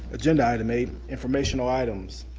agenda item eight, informational items.